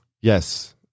Yes